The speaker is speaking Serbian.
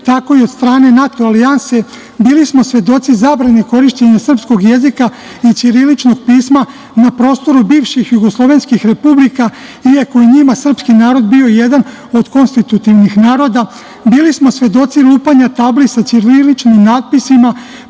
tako i od strane NATO alijanse, bili smo svedoci zabrane korišćenja srpskog jezika i ćiriličnog pisma na prostoru bivših jugoslovenskih republika i ako je njima srpski narod bio jedan od konstitutivnih naroda. Bili smo svedoci lupanje tabli sa ćiriličnim natpisima,